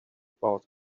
about